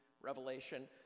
revelation